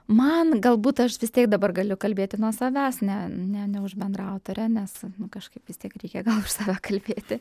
man galbūt aš vis tiek dabar galiu kalbėti nuo savęs ne ne ne už bendraautorę nes nu kažkaip vis tiek reikia gal už save kalbėti